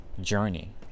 Journey